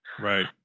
Right